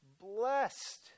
blessed